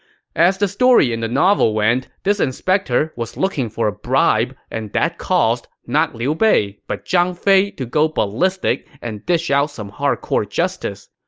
as the story in the novel went, this inspector was looking for a bribe and that caused, not liu bei, but zhang fei to go ballistic and dish out some hardcore justice.